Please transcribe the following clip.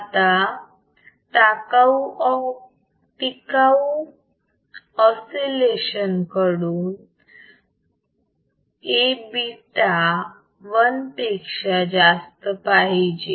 आता टिकाऊ ऑसिलेशन कडून A बीटा 1 पेक्षा जास्त पाहिजे